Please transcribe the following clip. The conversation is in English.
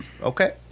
Okay